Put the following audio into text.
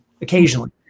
occasionally